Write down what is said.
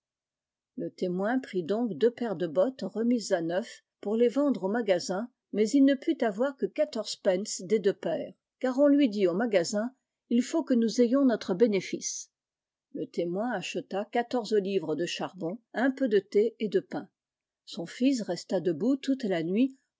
le témoin prit donc deux paires de bottes remises à neuf i pour les vendre au magasin mais il ne put avoir que quatorze spence des deux paires car on lui dit au magasin il faut que nous ayons notre bénéfice le témoin acheta quatorze livres de charbon un peu de thé et de pain son fils resta debout toute la nuit